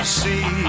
see